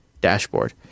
dashboard